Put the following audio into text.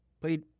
played